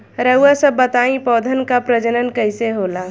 रउआ सभ बताई पौधन क प्रजनन कईसे होला?